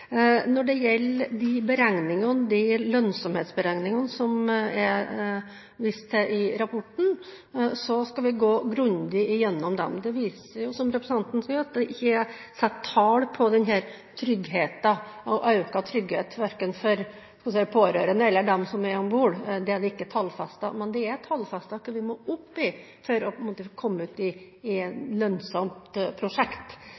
Når det gjelder de lønnsomhetsberegningene som det er vist til i rapporten, skal vi gå grundig igjennom dem. Det viser seg, som representanten sier, at det ikke er satt tall på den økte tryggheten verken for – skal vi si – pårørende eller for dem som er om bord. Det er ikke tallfestet. Men det er tallfestet hva vi må opp i for å komme ut med et lønnsomt prosjekt.